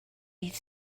dydd